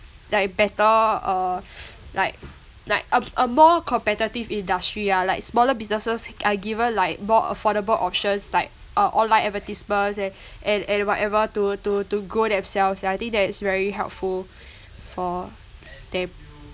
like better uh like like a a more competitive industry ah like smaller businesses are given like more affordable options like uh online advertisements and and and whatever to to to grow themselves I think that is very helpful for them